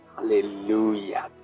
Hallelujah